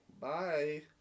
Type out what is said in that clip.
Bye